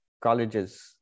colleges